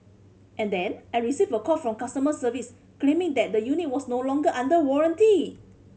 and then I received a call from customer service claiming that the unit was no longer under warranty